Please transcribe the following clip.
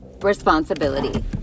responsibility